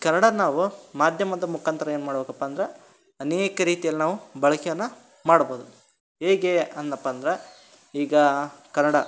ಈ ಕನ್ನಡಾನ ನಾವು ಮಾಧ್ಯಮದ ಮುಖಾಂತ್ರ ಏನು ಮಾಡಬೇಕಪ್ಪ ಅಂದ್ರೆ ಅನೇಕ ರೀತಿಯಲ್ಲಿ ನಾವು ಬಳಕೇನಾ ಮಾಡ್ಬೋದು ಹೇಗೆ ಅಂದೆನಪ್ಪ ಅಂದ್ರೆ ಈಗ ಕನ್ನಡ